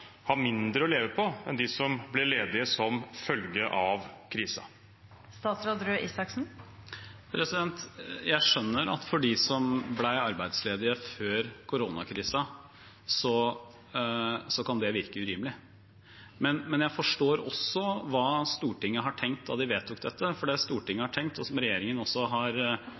mindre å leve av enn de som ble ledige som følge av krisen? Jeg skjønner at for dem som ble arbeidsledige før koronakrisen, kan det virke urimelig. Men jeg forstår også hva Stortinget har tenkt da de vedtok dette. Det Stortinget har tenkt, og som regjeringen også har